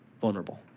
vulnerable